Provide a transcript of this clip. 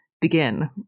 begin